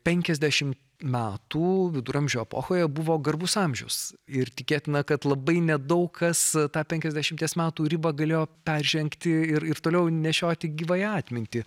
penkiasdešimt metų viduramžių epochoje buvo garbus amžius ir tikėtina kad labai nedaug kas tą penkiasdešimties metų ribą galėjo peržengti ir ir toliau nešioti gyvąją atmintį